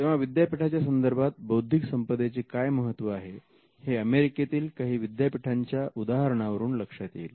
तेव्हा विद्यापीठांच्या संदर्भात बौद्धिक संपदेचे काय महत्त्व आहे हे अमेरिकेतील काही विद्यापीठांच्या उदाहरणावरून लक्षात येईल